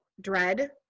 dread